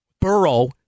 borough